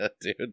dude